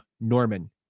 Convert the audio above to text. Norman